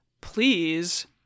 please